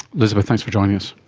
elizabeth, thanks for joining us.